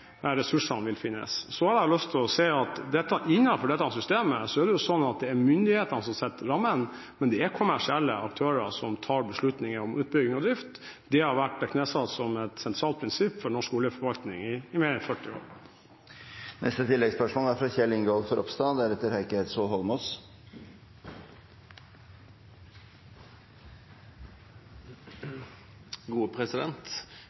ressursene vil finnes. Innenfor dette systemet er det myndighetene som legger rammene, men det er kommersielle aktører som tar beslutningen om utbygging og drift. Dette har vært knesatt som et sentralt prinsipp for norsk oljeforvaltning i mer enn 40 år. Kjell Ingolf Ropstad – til oppfølgingsspørsmål. Representanten Elvestuen tok opp et veldig viktig spørsmål: Hvordan kan vi forvalte fellesskapets ressurser på en best mulig måte? Petroleumsloven er